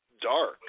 dark